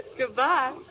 Goodbye